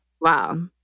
Wow